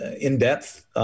in-depth